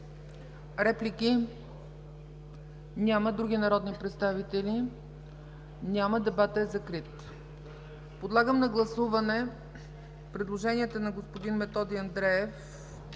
Реплики? Няма. Други народни представители? Няма. Дебатът е закрит. Подлагам на гласуване предложенията на господин Методи Андреев